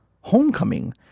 homecoming